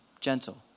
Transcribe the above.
Gentle